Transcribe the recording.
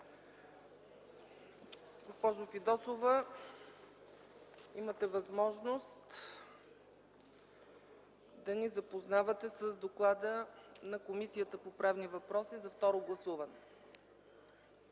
Госпожо Фидосова, имате възможност да ни запознаете с доклада на Комисията по правни въпроси за второ гласуване.